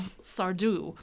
Sardou